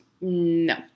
No